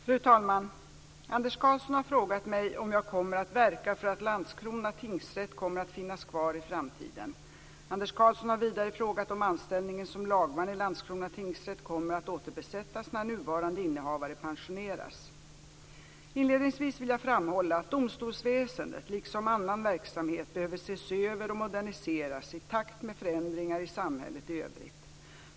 Fru talman! Anders Karlsson har frågat mig om jag kommer att verka för att Landskrona tingsrätt kommer att finnas kvar i framtiden. Anders Karlsson har vidare frågat om anställningen som lagman i Landskrona tingsrätt kommer att återbesättas när nuvarande innehavare pensioneras. Inledningsvis vill jag framhålla att domstolsväsendet liksom annan verksamhet behöver ses över och moderniseras i takt med förändringar i samhället i övrigt.